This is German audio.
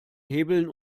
hebeln